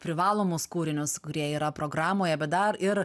privalomus kūrinius kurie yra programoje bet dar ir